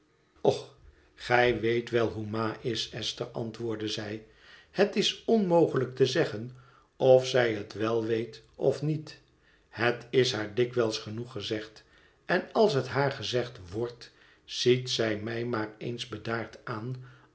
och gij weet wel hoe ma is esther antwoordde zij het is onmogelijk te zeggen of zij het wel weet of niet het is haar dikwijls genoeg gezegd en als het haar gezegd wordt ziet zij mij maar eens bedaard aan